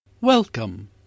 Welcome